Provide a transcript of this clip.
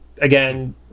Again